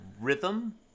rhythm